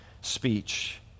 speech